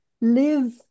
live